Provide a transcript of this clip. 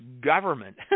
government